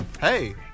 Hey